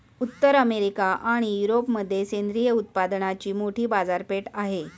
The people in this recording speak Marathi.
उत्तर अमेरिका आणि युरोपमध्ये सेंद्रिय उत्पादनांची मोठी बाजारपेठ आहे